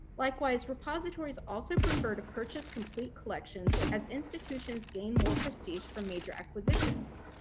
likewise, repositories also prefer to purchase complete collections as institutions gain more prestige for major acquisitions.